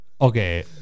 okay